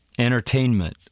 entertainment